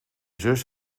zus